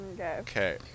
Okay